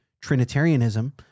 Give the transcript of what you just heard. Trinitarianism